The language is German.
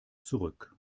zurück